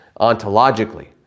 ontologically